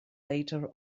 later